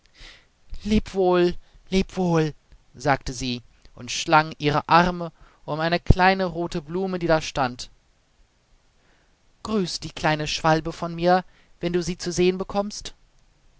lebe wohl lebe wohl sagte sie und schlang ihre arme um eine kleine rote blume die da stand grüße die kleine schwalbe von mir wenn du sie zu sehen bekommst